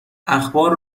اخبار